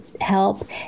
help